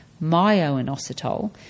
myo-inositol